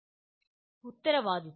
"ഉത്തരവാദിത്വം"